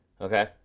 Okay